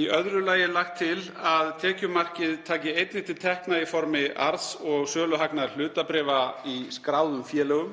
Í öðru lagi er lagt til að frítekjumarkið taki einnig til tekna í formi arðs og söluhagnaðar hlutabréfa í skráðum félögum.